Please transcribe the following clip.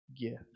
gift